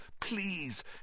Please